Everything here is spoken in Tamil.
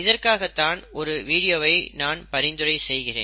இதற்குத்தான் ஒரு வீடியோவை நான் பரிந்துரை செய்தேன்